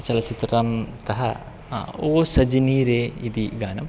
चलचित्रं तः ओ सजिनीरे इति गानम्